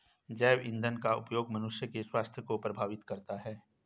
जैव ईंधन का उपयोग मनुष्य के स्वास्थ्य को प्रभावित करता है